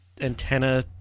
antenna